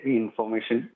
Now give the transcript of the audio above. information